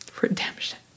redemption